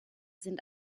sind